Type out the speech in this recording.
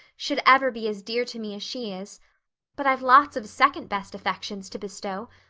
should ever be as dear to me as she is but i've lots of second-best affections to bestow.